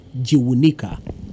Jiwunika